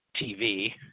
TV